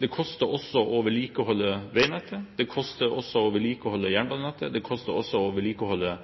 Det koster også å vedlikeholde veinettet, det koster å vedlikeholde jernbanenettet, og det koster å vedlikeholde